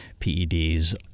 PEDs